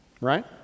right